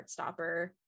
Heartstopper